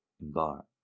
embark